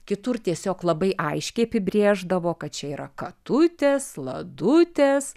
kitur tiesiog labai aiškiai apibrėždavo kad čia yra katutės ladutės